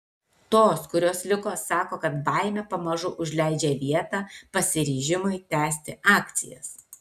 tos kurios liko sako kad baimė pamažu užleidžia vietą pasiryžimui tęsti akcijas